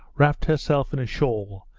wrapped herself in a shawl,